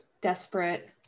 desperate